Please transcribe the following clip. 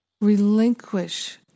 relinquish